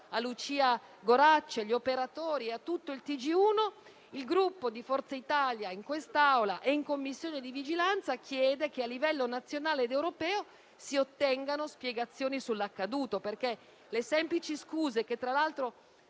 Lucia Goracci, agli operatori e a tutto il TG1, il Gruppo Forza Italia, in quest'Aula e in Commissione di vigilanza, chiede che a livello nazionale ed europeo si ottengano spiegazioni sull'accaduto. Le semplici scuse, che tra l'altro